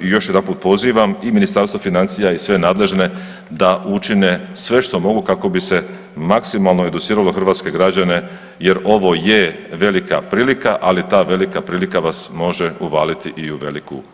i još jedanput pozivam i Ministarstvo financija i sve nadležne da učine sve što mogu kako bi se maksimalno educiralo hrvatske građane jer ovo je velika prilika, ali ta velika prilika vas može uvaliti i u veliku nepriliku.